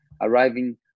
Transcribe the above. arriving